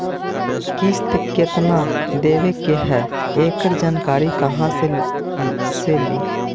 किस्त केत्ना देबे के है एकड़ जानकारी कहा से ली?